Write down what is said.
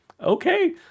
Okay